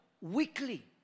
weekly